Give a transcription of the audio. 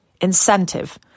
incentive